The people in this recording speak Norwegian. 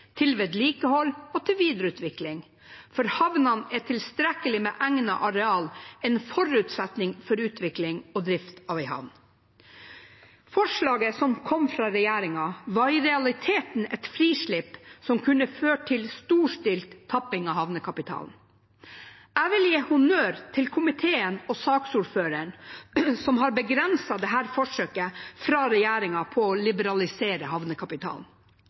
vedlikehold og videreutvikling. For havnene er tilstrekkelig med egnet areal en forutsetning for utvikling og drift av en havn. Forslaget som kom fra regjeringen, var i realiteten et frislipp som kunne ha ført til storstilt tapping av havnekapitalen. Jeg vil gi honnør til komiteen og saksordføreren, som har begrenset dette forsøket fra regjeringen på å liberalisere havnekapitalen.